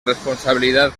responsabilidad